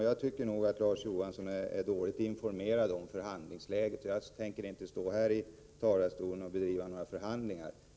Jag tycker att Larz Johansson är dåligt informerad om förhandlingsläget, och jag tänker inte stå här i riksdagen och bedriva några förhandlingar.